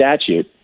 statute